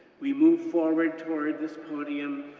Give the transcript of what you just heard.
we move forward toward this podium,